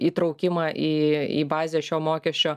įtraukimą į į bazę šio mokesčio